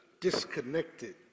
disconnected